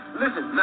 listen